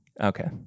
okay